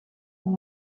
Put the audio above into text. dans